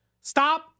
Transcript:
stop